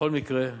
בכל מקרה,